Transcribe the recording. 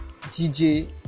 DJ